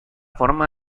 forma